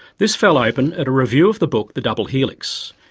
this fell open at a review of the book the double helix,